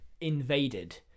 invaded